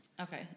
Okay